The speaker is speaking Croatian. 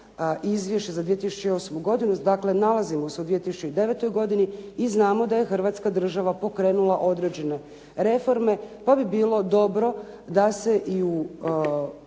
izvješće za 2008. godinu, dakle nalazimo se u 2009. godini i znamo da je Hrvatska država pokrenula određene reforme pa bi bilo dobro da se i u